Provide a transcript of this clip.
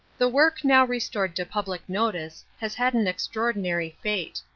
the work now restored to public notice has had an extraordinary fate.